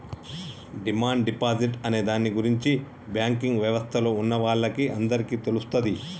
demand deposit అనే దాని గురించి బ్యాంకింగ్ యవస్థలో ఉన్నవాళ్ళకి అందరికీ తెలుస్తది